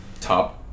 top